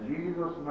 Jesus